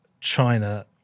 China